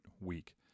week